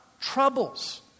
Troubles